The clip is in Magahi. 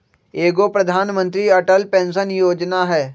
एगो प्रधानमंत्री अटल पेंसन योजना है?